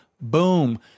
Boom